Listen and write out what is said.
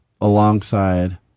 alongside